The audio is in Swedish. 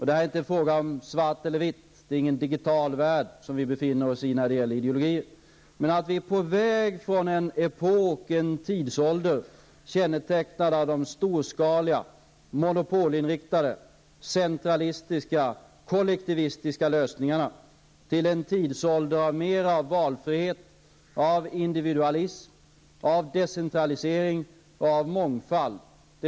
Det är inte fråga om svart eller vitt, för vi befinner oss inte i någon digital värld när det gäller ideologier. Det är nog alldeles klart att vi är på väg från en tidsålder som kännetecknats av de storskaliga, monopolinriktade, centralistiska, kollektivistiska lösningarna till en tidsålder med mer av valfrihet, individualism, decentralisering och av mångfald.